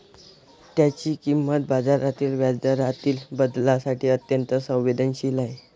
त्याची किंमत बाजारातील व्याजदरातील बदलांसाठी अत्यंत संवेदनशील आहे